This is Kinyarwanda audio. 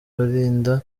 birinda